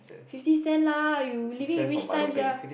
fifty cent lah you living in which time sia